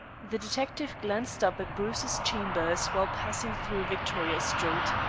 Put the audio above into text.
the detective glanced up at bruce's chambers while passing through victoria street.